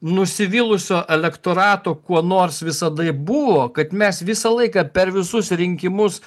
nusivylusio elektorato kuo nors visada buvo kad mes visą laiką per visus rinkimus